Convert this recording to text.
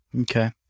Okay